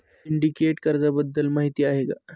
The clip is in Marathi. सिंडिकेट कर्जाबद्दल माहिती आहे का?